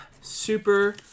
super